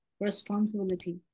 responsibility